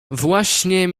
właśnie